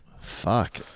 Fuck